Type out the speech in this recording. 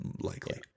likely